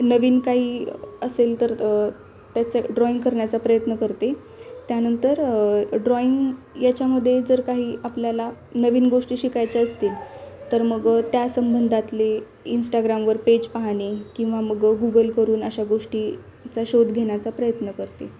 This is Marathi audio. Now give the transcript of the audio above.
नवीन काही असेल तर त्याचं ड्रॉईंग करण्याचा प्रयत्न करते त्यानंतर ड्रॉईंग याच्यामध्ये जर काही आपल्याला नवीन गोष्टी शिकायच्या असतील तर मग त्या संबंधातले इनस्टाग्रामवर पेज पाहणे किंवा मग गुगल करून अशा गोष्टींचा शोध घेण्याचा प्रयत्न करते